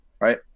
Right